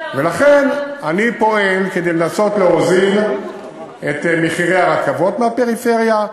לכן אני פועל כדי לנסות להוזיל את מחירי הנסיעה ברכבות מהפריפריה.